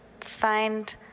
find